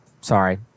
Sorry